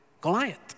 Goliath